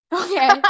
Okay